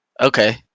Okay